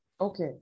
Okay